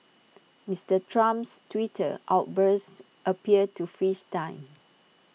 Mister Trump's Twitter outbursts appear to freeze time